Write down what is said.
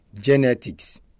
genetics